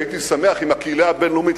שהייתי שמח אם הקהילה הבין-לאומית,